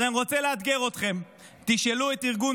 אז אני רוצה לאתגר אתכם: תשאלו את ארגון